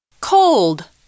cold